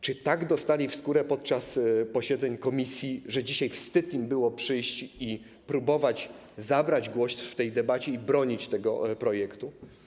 Czy tak dostali w skórę podczas posiedzeń komisji, że dzisiaj wstyd im było przyjść i spróbować zabrać głos w debacie, by bronić tego projektu?